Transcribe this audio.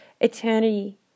eternity